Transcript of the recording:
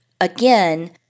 again